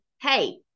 hey